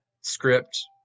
script